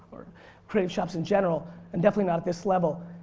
creative shops in general and definitely not at this level.